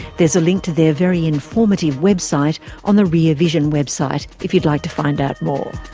there's a link to their very informative website on the rear vision website if you'd like to find out more.